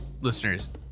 listeners